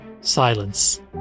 Silence